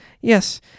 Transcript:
yes